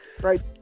right